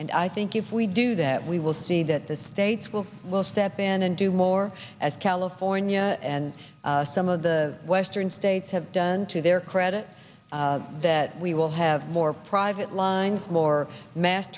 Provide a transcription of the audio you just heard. and i think if we do that we will see that the states will will step in and do more as california and some of the western states have done to their credit that we will have more private line more mass